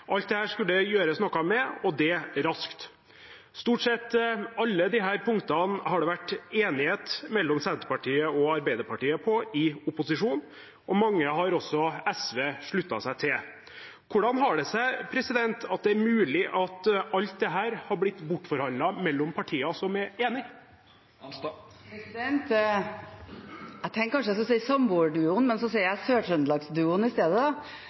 Alt dette skulle det gjøres noe med, og det raskt. Stort sett alle disse punktene har det vært enighet mellom Senterpartiet og Arbeiderpartiet om i opposisjon, mange av dem har også SV sluttet seg til. Hvordan er det mulig at alt dette har blitt bortforhandlet mellom partier som er enige? Jeg hadde tenkt å si «samboerduoen», men jeg sier «Sør-Trøndelag-duoen» i stedet